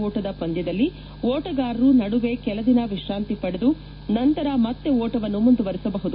ಓಟದ ಪಂದ್ವದಲ್ಲಿ ಓಟಗಾರರು ನಡುವೆ ಕೆಲ ದಿನ ವಿಶ್ರಾಂತಿ ಪಡೆದು ನಂತರ ಮತ್ತೆ ಓಟವನ್ನು ಮುಂದುವರಿಸಬಹುದು